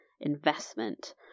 investment